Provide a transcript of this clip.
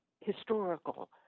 historical